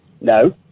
No